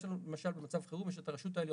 יש לנו למשל במצב חירום יש לנו את הרשות העליונה